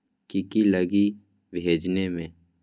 की की लगी भेजने में?